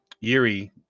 Yuri